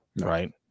right